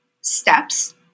steps